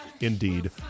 indeed